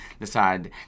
decide